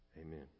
Amen